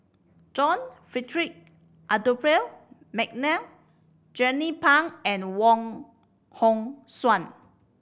John Frederick Adolphus McNair Jernnine Pang and Wong Hong Suen